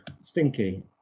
stinky